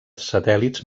satèl·lits